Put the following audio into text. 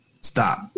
Stop